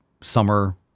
summer